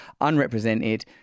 unrepresented